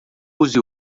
use